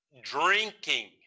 drinking